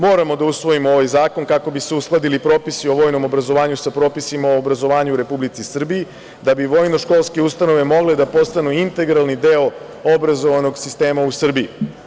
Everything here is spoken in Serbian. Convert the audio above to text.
Moramo da usvojimo ovaj zakon kako bi se uskladili propisi o vojnom obrazovanju sa propisima o obrazovanju u Republici Srbiji da bi vojno-školske ustanove mogle da postanu integralni deo obrazovanog sistema u Srbiji.